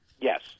Yes